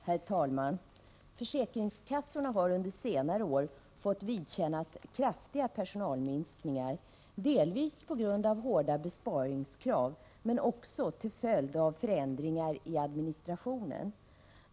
Herr talman! Försäkringskassorna har under senare år fått vidkännas kraftiga personalminskningar, delvis på grund av hårda besparingskrav men också till följd av förändringar i administrationen.